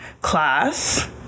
class